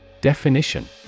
Definition